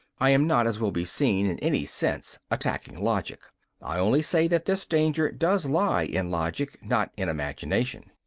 i am not, as will be seen, in any sense attacking logic i only say that this danger does lie in logic, not in imagination.